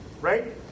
right